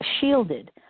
shielded